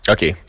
Okay